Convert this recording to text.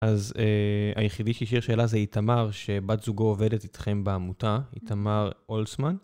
אז היחידי שהשאיר שאלה זה איתמר, שבת זוגו עובדת איתכם בעמותה, איתמר אולסמן.